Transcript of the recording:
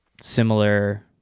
similar